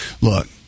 Look